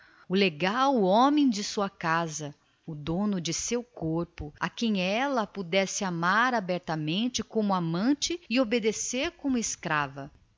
lega o homem da sua casa o dono do seu corpo a quem ela pudesse amar abertamente como amante e obedecer em segredo como escrava